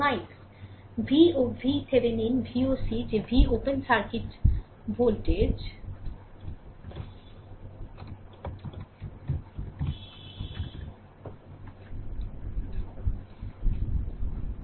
সুতরাং v VThevenin VOC যে v open circuit voltage VThevenin আসলে v 12